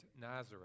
nazareth